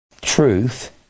truth